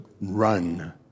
run